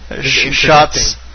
Shots